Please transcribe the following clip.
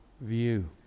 view